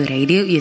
Radio